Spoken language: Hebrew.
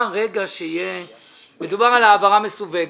בהעברה מסווגת.